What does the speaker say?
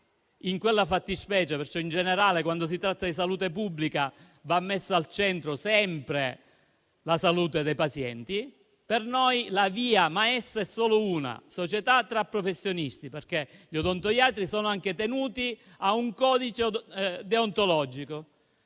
di quella fattispecie, perciò in generale quando si tratta di salute pubblica, sia messa al centro sempre la salute dei pazienti e per noi la via maestra è solo quella di creare società tra professionisti, perché gli odontoiatri sono anche tenuti a rispettare un codice deontologico.